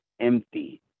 empty